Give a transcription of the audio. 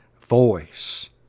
voice